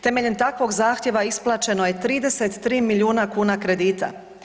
Temeljem takvog zahtjeva isplaćeno je 33 milijuna kuna kredita.